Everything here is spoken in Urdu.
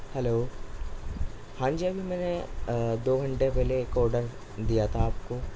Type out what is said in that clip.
ہیلو ہاں جی ابھی میں نے دو گھنٹے پہلے ایک آڈر دیا تھا آپ کو